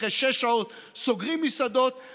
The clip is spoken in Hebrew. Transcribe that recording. אחרי שש שעות סוגרים מסעדות.